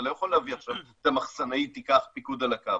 אתה לא יכול להביא עכשיו את המחסנאי תיקח פיקוד על הקו.